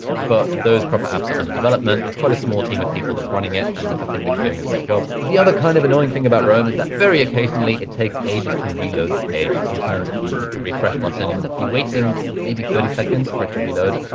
but those proper apps are under development. it's quite a small team of people that's running it. and i think they're doing a great job. the other kind of annoying thing about roam is that very occasionally it takes ages to reload the page. sometimes if you hit the refresh button, you'll be waiting maybe thirty seconds for it to reload.